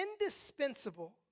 indispensable